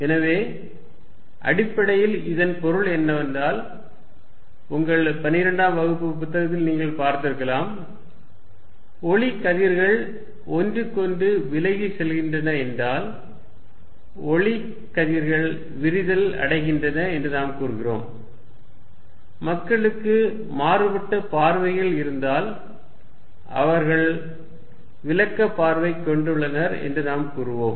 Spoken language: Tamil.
எனவே அடிப்படையில் இதன் பொருள் என்னவென்றால் உங்கள் 12 ஆம் வகுப்பு புத்தகத்தில் நீங்கள் பார்த்திருக்கலாம் ஒளி கதிர்கள் ஒன்றுக்கொன்று விலகிச் செல்கின்றன என்றால் ஒளி கதிர்கள் விரிதல் அடைகின்றன என்று நாம் கூறுகிறோம் மக்களுக்கு மாறுபட்ட பார்வைகள் இருந்தால் அவர்கள் விலக்கப் பார்வை கொண்டுள்ளனர் என்று நாம் கூறுவோம்